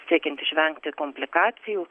siekiant išvengti komplikacijų